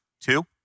Two